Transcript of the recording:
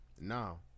now